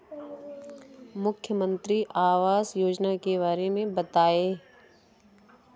मुख्यमंत्री आवास योजना के बारे में बताए?